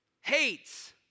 Hates